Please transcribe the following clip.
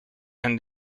and